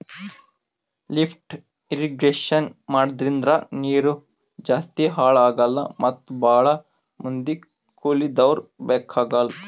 lift irrigation ಮಾಡದ್ರಿಂದ ನೀರ್ ಜಾಸ್ತಿ ಹಾಳ್ ಆಗಲ್ಲಾ ಮತ್ ಭಾಳ್ ಮಂದಿ ಕೂಲಿದವ್ರು ಬೇಕಾಗಲ್